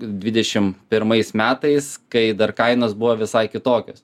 dvidešim pirmais metais kai dar kainos buvo visai kitokios